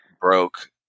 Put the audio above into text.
broke